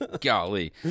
golly